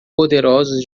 poderosos